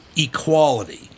equality